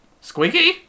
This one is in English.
Squeaky